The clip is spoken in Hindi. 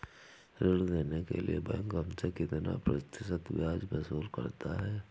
ऋण देने के लिए बैंक हमसे कितना प्रतिशत ब्याज वसूल करता है?